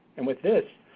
and with this,